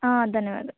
ಹಾಂ ಧನ್ಯವಾದ